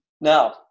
Now